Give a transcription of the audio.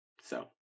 So-